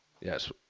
Yes